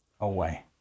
away